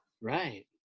right